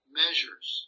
measures